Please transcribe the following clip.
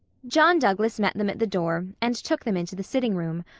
john douglas met them at the door and took them into the sitting-room,